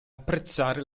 apprezzare